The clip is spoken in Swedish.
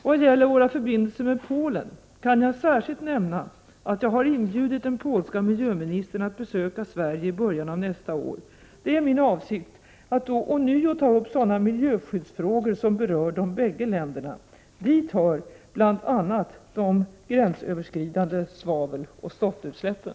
Vad gäller våra förbindelser med Polen kan jag särskilt nämna att jag inbjudit den polska miljöministern att besöka Sverige i början av nästa år. Det är min avsikt att då ånyo ta upp sådana miljöskyddsfrågor som berör de bägge länderna. Dit hör bl.a. de gränsöverskridande svaveloch stoftutsläppen.